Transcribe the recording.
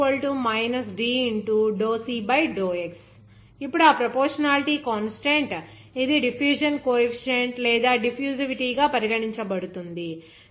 J D ∂C∂x ఇప్పుడు ఆ proportionality constant ఇది డిఫ్యూషన్ కో ఎఫిషియంట్ లేదా డిఫ్యూసివిటీ గా పరిగణించబడుతుంది